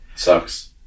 sucks